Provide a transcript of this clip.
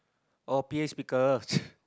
oh p_a speakers